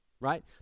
right